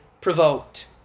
provoked